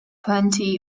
plenty